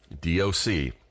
D-O-C